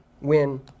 win